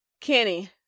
Kenny